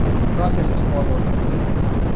the process is far more complex than that.